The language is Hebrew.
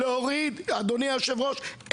אדוני היושב-ראש,